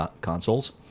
consoles